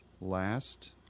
last